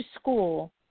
school